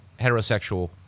heterosexual